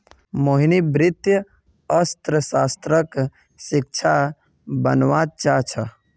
मोहिनी वित्तीय अर्थशास्त्रक शिक्षिका बनव्वा चाह छ